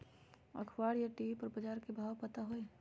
अखबार या टी.वी पर बजार के भाव पता होई?